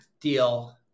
deal